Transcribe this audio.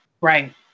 Right